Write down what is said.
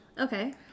okay